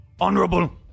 honorable